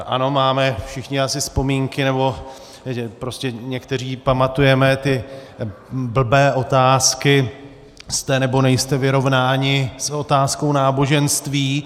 Ano, máme všichni asi vzpomínky, nebo někteří pamatujeme ty blbé otázky: jste, nebo nejste vyrovnáni s otázkou náboženství?